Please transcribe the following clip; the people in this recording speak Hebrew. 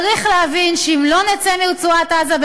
צריך להבין שאם לא נצא מרצועת-עזה,